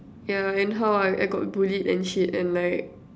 yeah and how I I got bullied and shit and like